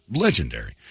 legendary